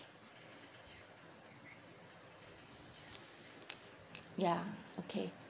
ya okay